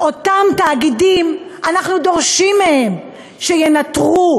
אותם תאגידים, אנחנו דורשים מהם שינטרו,